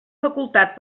facultat